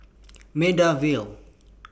Maida Vale